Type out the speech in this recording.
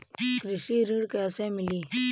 कृषि ऋण कैसे मिली?